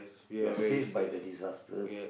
we are safe by the disaster